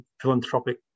philanthropic